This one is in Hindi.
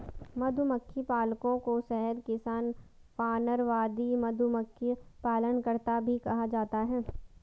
मधुमक्खी पालकों को शहद किसान, वानरवादी, मधुमक्खी पालनकर्ता भी कहा जाता है